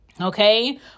Okay